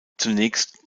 zunächst